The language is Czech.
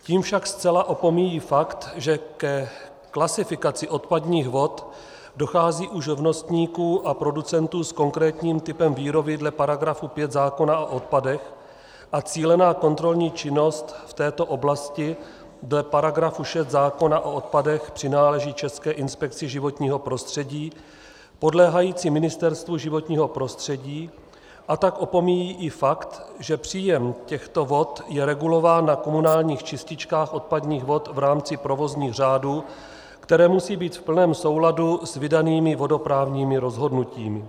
Tím však zcela opomíjí fakt, že ke klasifikaci odpadních vod dochází u živnostníků a producentů s konkrétním typem výroby dle § 5 zákona o odpadech a cílená kontrolní činnost v této oblasti dle § 6 zákona o odpadech přináleží České inspekci životního prostředí podléhající Ministerstvu životního prostředí, a tak opomíjí i fakt, že příjem těchto vod je regulován na komunálních čističkách odpadních vod v rámci provozních řádů, které musí být v plném souladu s vydanými vodoprávními rozhodnutími.